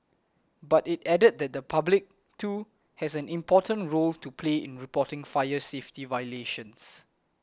but it added that the public too has an important role to play in reporting fire safety violations